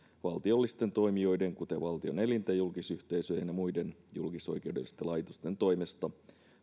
valtiollisten toimijoiden kuten valtion elinten julkisyhteisöjen ja muiden julkisoikeudellisten laitosten toimesta